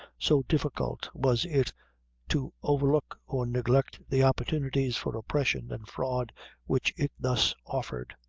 so difficult was it to overlook or neglect the opportunities for oppression and fraud which it thus offered.